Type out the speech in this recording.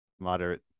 moderate